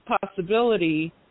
possibility